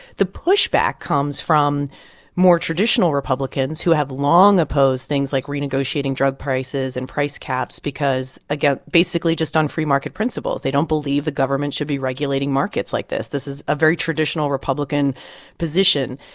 the pushback comes from more traditional republicans who have long opposed things like renegotiating drug prices and price caps because, again, basically just on free market principles. they don't believe the government should be regulating markets like this. this is a very traditional republican position.